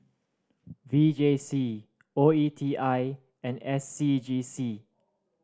V J C O E T I and S C G C